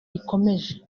ikomeje